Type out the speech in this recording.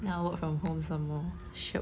now work from home somemore shiok